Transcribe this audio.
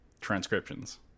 transcriptions